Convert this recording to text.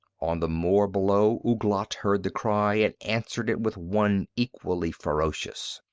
on the moor below ouglat heard the cry and answered it with one equally ferocious.